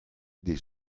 des